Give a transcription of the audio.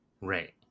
Right